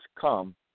come